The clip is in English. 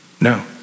No